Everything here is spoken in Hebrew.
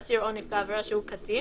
אסיר או נפגע עבירה שהוא קטין,